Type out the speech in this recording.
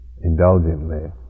indulgently